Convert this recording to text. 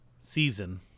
season